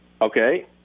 okay